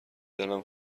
دلم